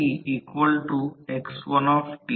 98 १००० ने गुणाकार केला कारण जास्तीत जास्त कार्यक्षमता ०